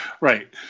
Right